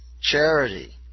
charity